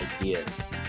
ideas